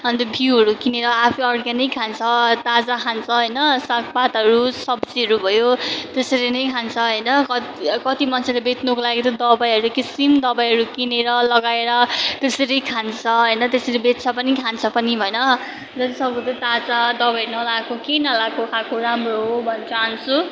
अन्त बिउहरू किनेर आफै अर्ग्यानिक खान्छ ताजा खान्छ होइन सागपातहरू सब्जीहरू भयो त्यसरी नै खान्छ होइन कति कति मान्छेले बेच्नुको लागि चाहिँ दबैाई किसिम दबाईहरू किनेर लगाएर त्यसरी खान्छ होइन त्यसरी बेच्छ पनि खान्छ पनि होइन जति सक्दो चाहिँ ताजा दबाई नलगाएको केही नलगाएको खाएको राम्रो हो भन्न चाहन्छु